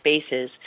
spaces